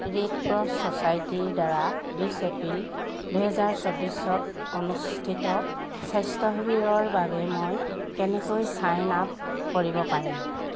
red cross ছচাইটিৰদ্বাৰা বিছ April দুহেজাৰ চৌবিছত অনুষ্ঠিত স্বাস্থ্য শিবিৰৰ বাবে মই কেনেকৈ ছাইন আপ কৰিব পাৰিম